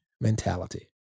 mentality